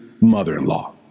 mother-in-law